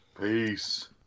peace